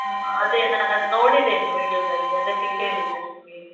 ಹ್ಞೂ ಅದೇ ನಾನು ಅದು ನೋಡಿದ್ದೇನೆ ವಿಡಿಯೋದಲ್ಲಿ ಅದಕ್ಕೆ ಕೇಳಿದ್ದು ನಿಮಗೆ